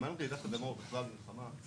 שבזמן רעידת אדמה או בכלל במלחמה גם